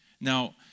Now